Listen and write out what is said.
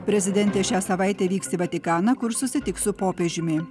prezidentė šią savaitę vyks į vatikaną kur susitiks su popiežiumi